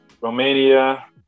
Romania